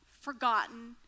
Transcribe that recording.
forgotten